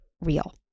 real